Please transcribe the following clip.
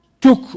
took